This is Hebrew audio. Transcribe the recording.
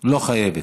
לא חייבת.